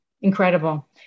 Incredible